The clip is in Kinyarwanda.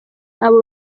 abo